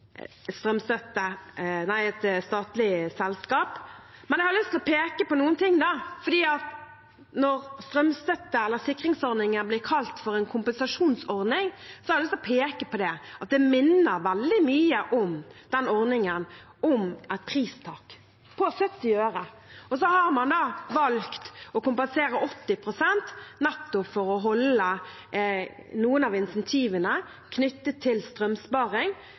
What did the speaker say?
et statlig selskap. Men jeg har lyst til å peke på noe. Når strømstøtte eller sikringsordningen blir kalt en kompensasjonsordning, har jeg lyst til å peke på at det minner veldig mye om ordningen med et pristak på 70 øre. Så har man valgt å kompensere 80 pst. nettopp for å holde på noen av insentivene knyttet til strømsparing,